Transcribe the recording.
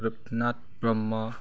Rupnath Brahma